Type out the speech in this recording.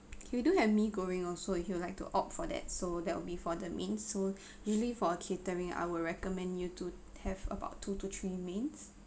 we do have mee goreng also if you would like to opt for that so that will be for the mains so usually for a catering I would recommend you to have about two to three mains